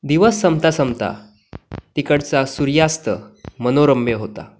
दिवस संपता संपता तिकडचा सूर्यास्त मनोरम्य होता